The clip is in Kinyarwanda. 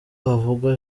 havugwa